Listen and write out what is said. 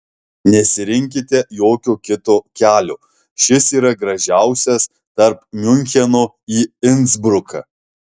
nesirinkite jokio kito kelio šis yra gražiausias tarp miuncheno į insbruką